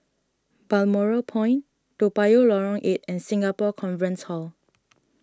Balmoral Point Toa Payoh Lorong eight and Singapore Conference Hall